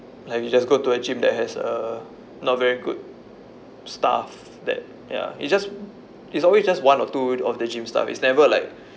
like you just go to a gym that has a not very good staff that ya it's just it's always just one or two of the gym staff it's never like